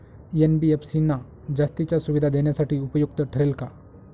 NBFC ना जास्तीच्या सुविधा देण्यासाठी उपयुक्त ठरेल का?